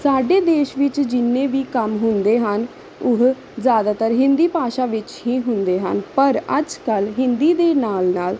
ਸਾਡੇ ਦੇਸ਼ ਵਿੱਚ ਜਿੰਨੇ ਵੀ ਕੰਮ ਹੁੰਦੇ ਹਨ ਉਹ ਜ਼ਿਆਦਾਤਰ ਹਿੰਦੀ ਭਾਸ਼ਾ ਵਿੱਚ ਹੀ ਹੁੰਦੇ ਹਨ ਪਰ ਅੱਜ ਕੱਲ ਹਿੰਦੀ ਦੇ ਨਾਲ ਨਾਲ